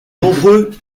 nombreux